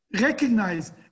recognize